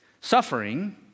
suffering